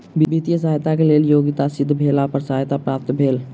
वित्तीय सहयताक लेल योग्यता सिद्ध भेला पर सहायता प्राप्त भेल